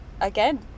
again